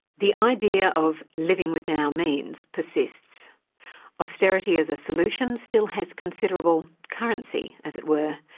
the idea of living within our means persists austerity as a solution still has considerable currency as it were.